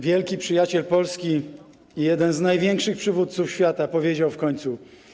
Wielki przyjaciel Polski i jeden z największych przywódców świata powiedział w końcu: